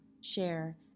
share